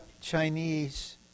Chinese